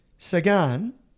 Sagan